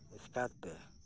ᱮᱥᱠᱟᱨ ᱛᱮ